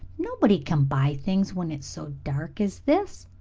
nobody can buy things when it's so dark as this.